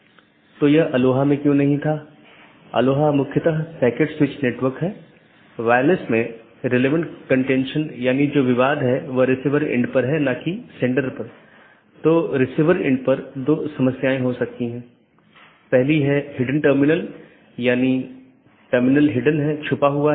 इसका मतलब है कि BGP का एक लक्ष्य पारगमन ट्रैफिक की मात्रा को कम करना है जिसका अर्थ है कि यह न तो AS उत्पन्न कर रहा है और न ही AS में समाप्त हो रहा है लेकिन यह इस AS के क्षेत्र से गुजर रहा है